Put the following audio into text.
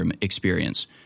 experience